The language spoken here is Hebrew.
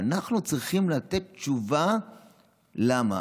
ואנחנו צריכים לתת תשובה למה,